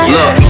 Look